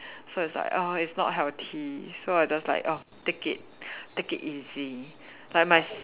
so it's like err it's not healthy so I just like oh take it take it easy like my s~